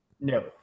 No